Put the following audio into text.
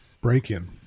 break-in